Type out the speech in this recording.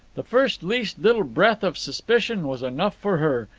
the first least little breath of suspicion was enough for her,